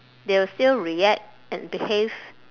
they will still react and behave